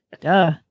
duh